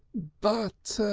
but